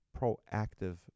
proactive